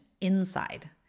inside